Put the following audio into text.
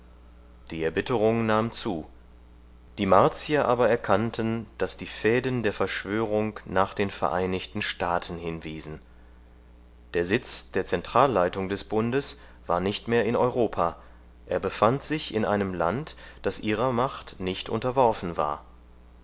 die erbitterung nahm zu die martier aber erkannten daß die fäden der verschwörung nach den vereinigten staaten hinwiesen der sitz der zentralleitung des bundes war nicht mehr in europa er befand sich in einem land das ihrer macht nicht unterworfen war